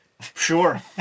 Sure